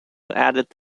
added